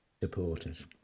supporters